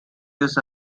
this